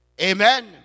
Amen